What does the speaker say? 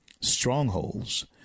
strongholds